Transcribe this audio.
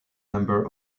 member